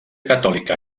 catòlica